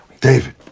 David